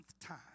time